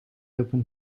open